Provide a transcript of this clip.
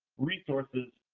resources,